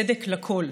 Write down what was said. צדק לכול,